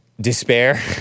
despair